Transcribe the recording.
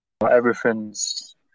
everything's